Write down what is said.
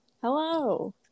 hello